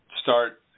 start